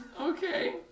Okay